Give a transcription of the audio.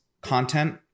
content